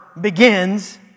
begins